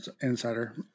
Insider